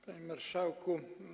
Panie Marszałku!